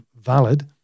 valid